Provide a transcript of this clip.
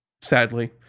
sadly